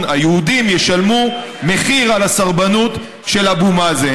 היהודים ישלמו מחיר על הסרבנות של אבו מאזן.